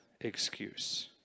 excuse